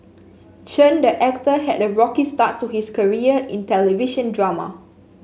Chen the actor had a rocky start to his career in television drama